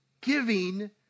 giving